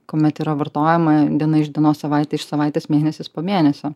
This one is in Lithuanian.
kuomet yra vartojama diena iš dienos savaitė iš savaitės mėnesis po mėnesio